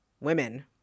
women